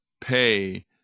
pay